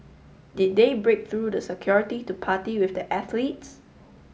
did they break through the security to party with the athletes